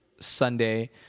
Sunday